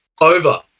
Over